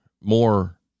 more